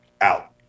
out